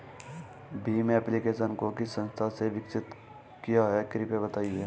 Bhim application को किस संस्था ने विकसित किया है कृपया बताइए?